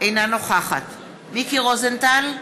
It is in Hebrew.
אינה נוכחת מיקי רוזנטל,